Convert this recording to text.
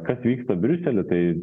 kas vyksta briusely tai